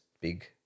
big